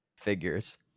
Figures